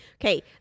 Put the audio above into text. Okay